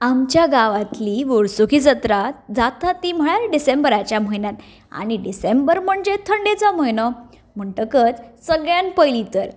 आमच्या गांवातली वर्सुकी जत्रा जाता ती म्हळ्यार डिसेंबराच्या म्हयन्यांत आनी डिसेंबर म्हणजे थंडेचो म्हयनो म्हणटकच सगळ्यांत पयलीं तर